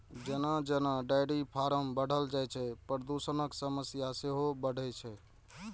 जेना जेना dairy farm बढ़ल जाइ छै, प्रदूषणक समस्या सेहो बढ़ै छै